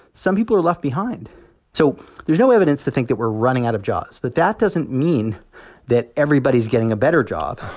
some people are left behind so there's no evidence to think that we're running out of jobs, but that doesn't mean that everybody's getting a better job.